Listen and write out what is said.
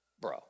bro